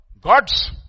God's